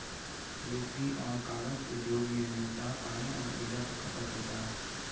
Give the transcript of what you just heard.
लुगदी और कागज उद्योग में मूलतः पानी और ऊर्जा का खपत होता है